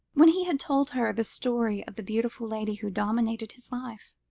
when he had told her the story of the beautiful lady who dominated his life.